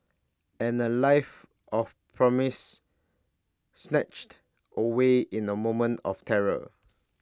and A life of promise snatched away in A moment of terror